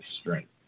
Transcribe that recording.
strength